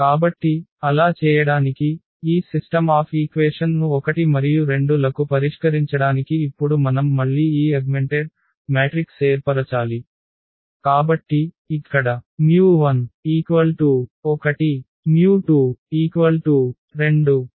కాబట్టి అలా చేయడానికి ఈ సిస్టమ్ ఆఫ్ ఈక్వేషన్ ను 1 మరియు 2 లకు పరిష్కరించడానికి ఇప్పుడు మనం మళ్ళీ ఈ అగ్మెంటెడ్ మ్యాట్రిక్స్ ఏర్పరచాలి